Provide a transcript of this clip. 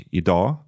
idag